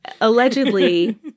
Allegedly